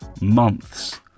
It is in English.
Months